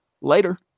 Later